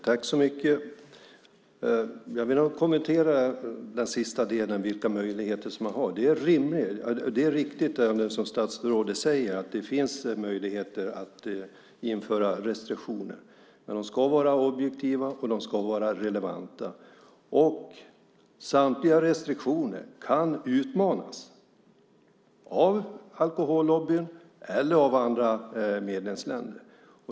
Fru talman! Jag vill då kommentera den sista delen, vilka möjligheter man har. Det är riktigt, som statsrådet säger, att det finns möjligheter att införa restriktioner. Men de ska vara objektiva, och de ska vara relevanta. Och samtliga restriktioner kan utmanas av alkohollobbyn eller av andra medlemsländer.